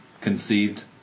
conceived